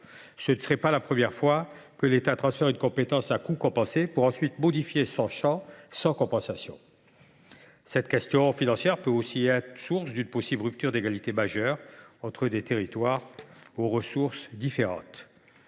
Ce ne serait pas la première fois que l’État transfère une compétence à coût compensé pour ensuite modifier son champ sans compensation. Cette question financière peut aussi être source d’une possible rupture d’égalité majeure entre des territoires aux ressources différentes.